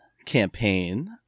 Campaign